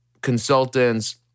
consultants